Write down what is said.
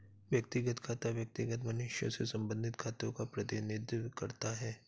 व्यक्तिगत खाता व्यक्तिगत मनुष्यों से संबंधित खातों का प्रतिनिधित्व करता है